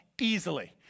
easily